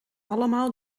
allemaal